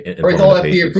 right